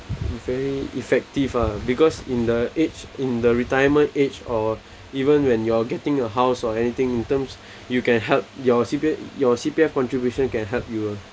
very effective ah because in the age in the retirement age or even when you're getting a house or anything in terms you can help your C_P_F your C_P_F contribution can help you